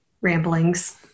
ramblings